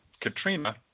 Katrina